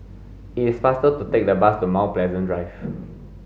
it's faster to take the bus to Mount Pleasant Drive